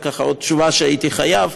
אבל, זאת עוד תשובה שהייתי חייב.